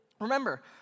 Remember